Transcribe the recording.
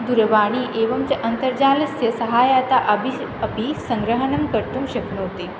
दूरवाणीम् एवं च अन्तर्जालस्य सहायतया अपि सङ्ग्रहणं कर्तुं शक्नोति